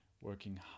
working